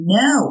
no